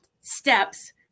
steps